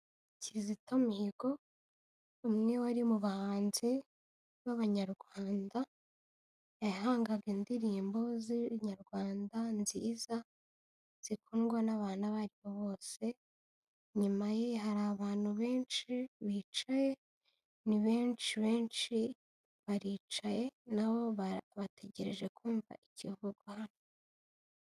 Kizito Mihigo umwe wari mu bahanzi b'abanyarwanda yahangaga indirimbo z'inyarwanda nziza zikundwa n'abantu abo aribo bose, inyuma ye hari abantu benshi bicaye ni benshi benshi baricaye nabo bategereje kumva icyakorwa hano.